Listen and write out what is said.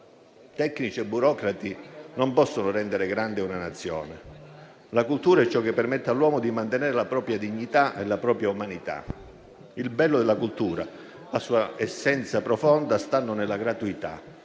Tecnici e burocrati non possono rendere grande una Nazione. La cultura è ciò che permette all'uomo di mantenere la propria dignità e la propria umanità. Il bello della cultura e la sua essenza profonda stanno nella gratuità,